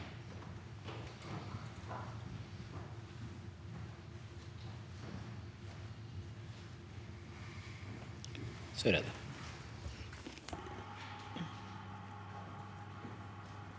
så er det